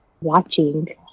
watching